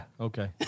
okay